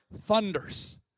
thunders